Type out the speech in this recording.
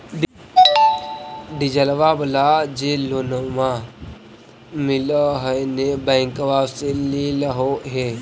डिजलवा वाला जे लोनवा मिल है नै बैंकवा से लेलहो हे?